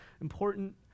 important